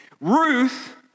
Ruth